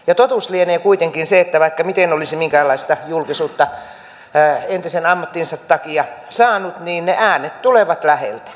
ja totuus lienee kuitenkin se että vaikka miten olisi minkäkinlaista julkisuutta entisen ammattinsa takia saanut niin ne äänet tulevat läheltä